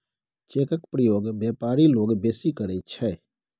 चेकक प्रयोग बेपारी लोक बेसी करैत छै